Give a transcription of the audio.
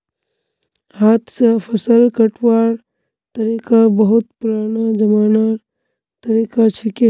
हाथ स फसल कटवार तरिका बहुत पुरना जमानार तरीका छिके